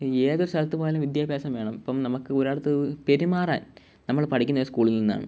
ഈ ഏത് സലത്ത് പോയാലും വിദ്യാഭ്യാസം വേണം ഇപ്പം നമുക്ക് ഒരാളുടെ അടുത്ത് പെരുമാറാൻ നമ്മൾ പഠിക്കുന്നത് സ്കൂളിൽനിന്നാണ്